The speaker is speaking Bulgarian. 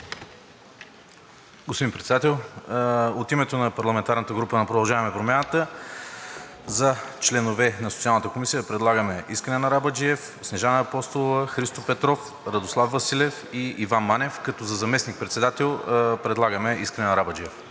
Господин Председател! От името на парламентарната група на „Продължаваме Промяната“ за членове на Социалната комисия предлагаме Искрен Арабаджиев, Снежана Апостолова, Христо Петров, Радослав Василев и Иван Манев, като за заместник-председател предлагаме Искрен Арабаджиев.